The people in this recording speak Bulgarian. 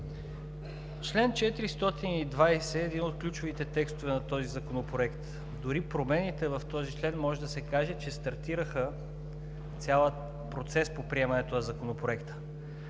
Член 420 е един от ключовите текстове на този законопроект. Дори промените в този член може да се каже, че стартираха – цял процес по приемането на Законопроекта.